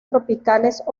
tropicales